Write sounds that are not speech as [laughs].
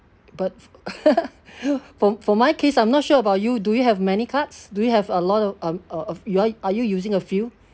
but [laughs] for for my case I'm not sure about you do you have many cards do you have a lot of um of you are are you using a few